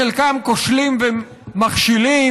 בחלקם כושלים ומכשילים,